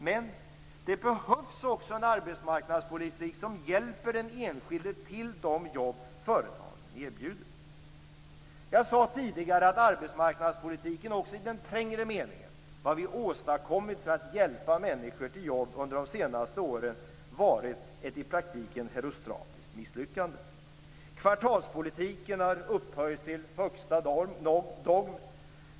Men det behövs också en arbetsmarknadspolitik som hjälper den enskilde till de jobb som företagen erbjuder. Jag sade tidigare att arbetsmarknadspolitiken också i den trängre meningen, vad vi åstadkommit för att hjälpa människor till jobb under de senaste åren, varit ett i praktiken herostratiskt misslyckande. Kvartalspolitiken har upphöjts till högsta dogm.